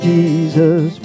Jesus